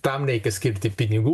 tam reikia skirti pinigų